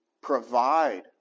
provide